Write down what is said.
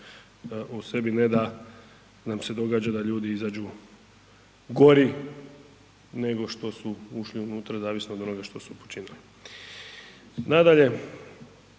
u sebi ne da nam se događa da ljudi izađu gori nego što su ušli unutra zavisno od onoga što su počinili. Nadalje,